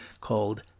called